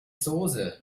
soße